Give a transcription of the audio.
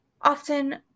Often